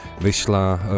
vyšla